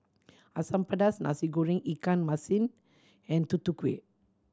Asam Pedas Nasi Goreng ikan masin and Tutu Kueh